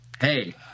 hey